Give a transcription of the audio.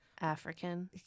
African